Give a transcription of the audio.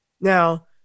Now